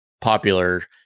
popular